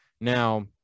Now